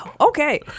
okay